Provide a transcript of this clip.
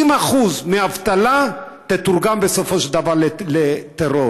60% מהאבטלה יתורגמו בסופו של דבר לטרור.